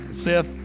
Seth